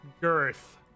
girth